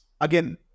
again